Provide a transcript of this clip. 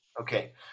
Okay